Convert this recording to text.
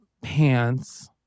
pants